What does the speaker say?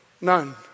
None